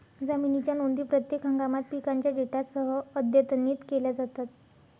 जमिनीच्या नोंदी प्रत्येक हंगामात पिकांच्या डेटासह अद्यतनित केल्या जातात